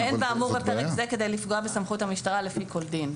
"אין באמור בפרק זה כי לפגוע בסמכות המשטרה לפי כל דין".